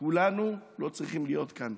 כולנו לא צריכים להיות כאן,